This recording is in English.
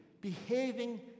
behaving